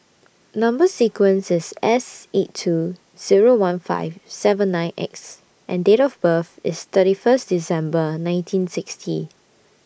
Number sequence IS S eight two Zero one five seven nine X and Date of birth IS thirty First December nineteen sixty